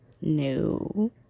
No